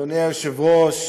אדוני היושב-ראש,